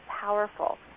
powerful